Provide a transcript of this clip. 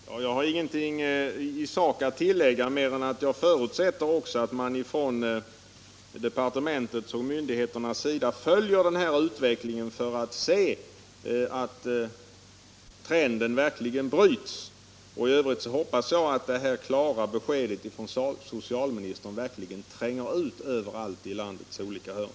Herr talman! Jag har ingenting i sak att tillägga mer än att jag förutsätter att man från departementets och myndigheternas sida följer den här utvecklingen för att se att trenden verkligen bryts. I övrigt hoppas jag att det här klara beskedet från socialministern verkligen tränger ut överallt i landets olika hörn.